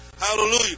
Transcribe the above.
Hallelujah